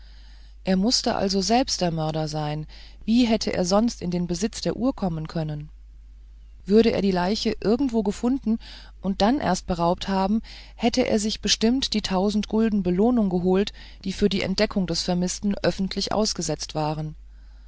er mußte also selbst der mörder sein wie hätte er sonst in den besitz der uhr kommen können würde er die leiche irgendwo gefunden und dann erst beraubt haben hätte er sich bestimmt die tausend gulden belohnung geholt die für die entdeckung des vermißten öffentlich ausgesetzt waren